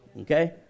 Okay